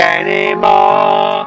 anymore